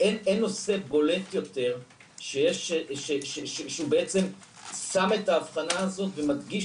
אין נושא בולט יותר שהוא בעצם שם את האבחנה הזאת ומדגיש